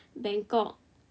Bangkok